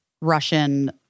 Russian